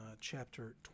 chapter